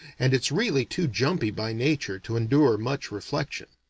and it's really too jumpy by nature to endure much reflection.